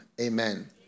Amen